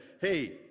Hey